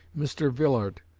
mr. villard,